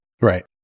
Right